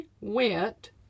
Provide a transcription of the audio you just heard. went